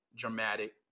dramatic